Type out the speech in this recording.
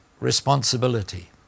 responsibility